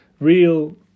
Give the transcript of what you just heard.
real